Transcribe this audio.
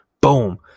Boom